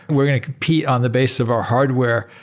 we're going to compete on the basis of our hardware,